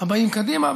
הבאים קדימה.